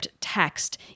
text